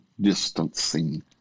distancing